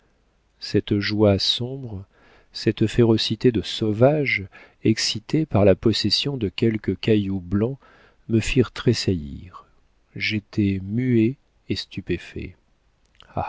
cette joie sombre cette férocité de sauvage excitées par la possession de quelques cailloux blancs me firent tressaillir j'étais muet et stupéfait